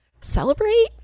Celebrate